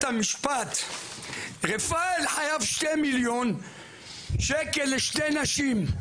המשפט רפאל חייב 2 מיליון שקל לשתי נשים,